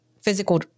physical